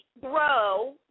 grow